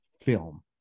film